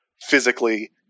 physically